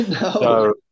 no